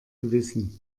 gewissen